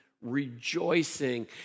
rejoicing